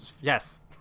Yes